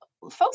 folks